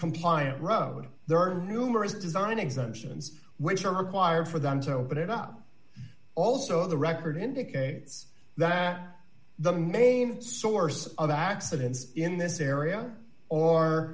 compliant road there are numerous design exemptions which are required for them to open it up also the record indicates that the main source of accidents in this area or